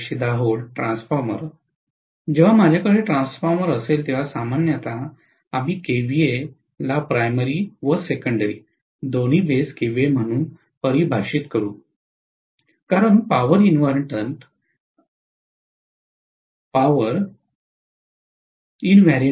2 kVA transformer जेव्हा माझ्याकडे transformer असेल तेव्हा सामान्यत आम्ही केव्हीएला प्राइमरी व सेकंडेरी दोन्ही बेस केव्हीए म्हणून परिभाषित करू कारण पॉवर इनव्हर्नेटआहे